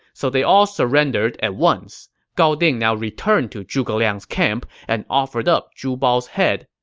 so they all surrendered at once. gao ding now returned to zhuge liang's camp and offered up zhu bao's head.